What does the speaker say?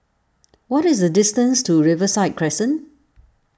what is the distance to Riverside Crescent